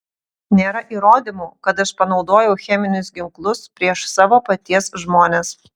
nėra įrodymų kad aš panaudojau cheminius ginklus prieš savo paties žmones